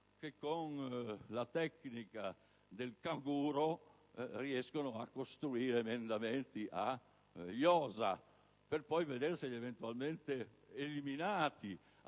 che, con la tecnica del canguro, riescono a costruirne a iosa per poi vederseli eventualmente eliminati